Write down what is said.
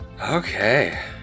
okay